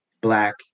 black